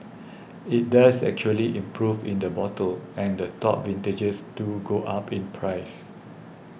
it does actually improve in the bottle and the top vintages do go up in price